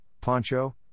Poncho